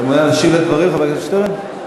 אתה מעוניין להשיב על הדברים, חבר הכנסת שטרן?